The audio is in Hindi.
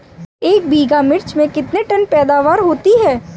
एक बीघा मिर्च में कितने टन पैदावार होती है?